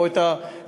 או את החבלן,